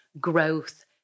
growth